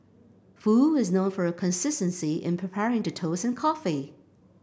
foo is known for her consistency in preparing the toast and coffee